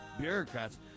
bureaucrats